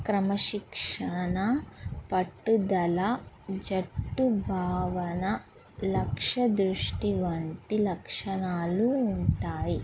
క్రమశిక్షణ పట్టుదల జట్టుభావన లక్ష దృష్టి వంటి లక్షణాలు ఉంటాయి